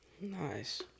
Nice